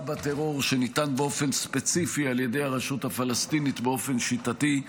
בטרור שניתנת באופן ספציפי על ידי הרשות הפלסטינית באופן שיטתי.